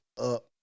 up